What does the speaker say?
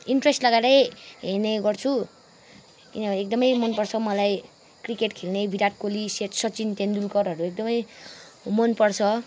interest लगाएरै हेर्ने गर्छु किनभने एकदमै मनपर्छ मलाई क्रिकेट खेल्ने विराट कोहली सेट सचिन तेन्दुल्करहरू एकदमै मनपर्छ